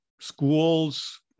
schools